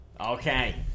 Okay